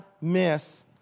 miss